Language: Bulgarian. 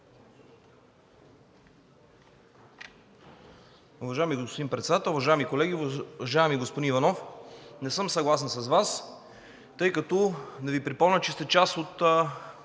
Уважаеми господин Председател, уважаеми колеги! Уважаеми господин Иванов, не съм съгласен с Вас, тъй като – да Ви припомня, че сте част от